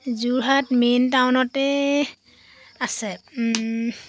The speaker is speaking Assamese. যোৰহাট মেইন টাউনতে আছে